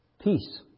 Peace